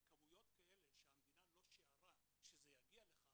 בכמויות כאלה שהמדינה לא שיערה שזה יגיע לכך,